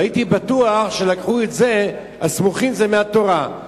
והייתי בטוח שלקחו את זה, הסמוכים, זה מהתורה.